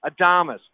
Adamas